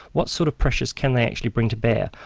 what sort of pressures can they actually bring to bear?